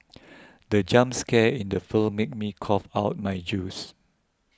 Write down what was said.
the jump scare in the film made me cough out my juice